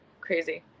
crazy